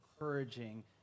encouraging